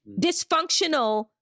dysfunctional